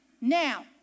Now